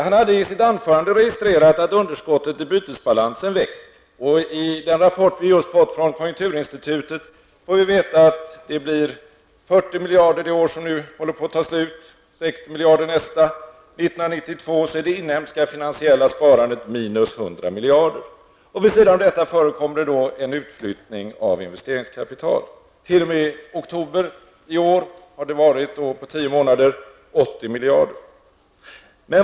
I sitt anförande registrerade han att underskottet i bytesbalansen hade växt. I den rapport som just kommit från konjunkturinstitutet får vi veta att underskottet uppgår till 40 miljarder under det år som nu går mot sitt slut och att det blir 60 miljarder nästa år. År 1992 uppgår enligt prognoserna det inhemska finansiella sparandet till minus 100 miljarder. Vid sidan om detta förekommer det en utflyttning av investeringskapital. Till och med oktober i år uppgår det till 80 miljarder.